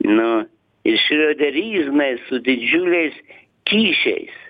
nu ir šrioderizmai su didžiuliais kyšiais